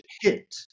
hit